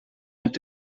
mit